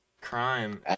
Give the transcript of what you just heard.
crime